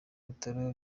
bitaro